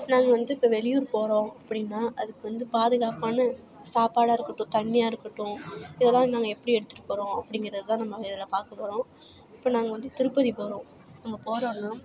நாங்கள் வந்துட்டு இப்போ வெளியூர் போகிறோம் அப்படின்னா அதுக்கு வந்து பாதுகாப்பான சாப்பாடாக இருக்கட்டும் தண்ணியாக இருக்கட்டும் இதெல்லாம் நாங்கள் எப்படி எடுத்துகிட்டு போகிறோம் அப்படிங்கிறதுதான் நம்ம இதில் பார்க்கப் போகிறோம் இப்போ நாங்கள் வந்து திருப்பதி போகிறோம் நம்ம போகிறோன்னா